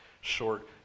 short